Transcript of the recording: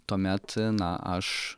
tuomet na aš